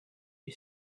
you